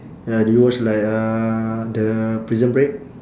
ya do you watch like uh the prison break